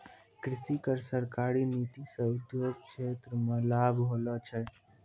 कृषि पर सरकारी नीति से उद्योग क्षेत्र मे लाभ होलो छै